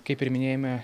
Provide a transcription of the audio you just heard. kaip ir minėjome